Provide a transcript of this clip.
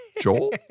Joel